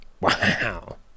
Wow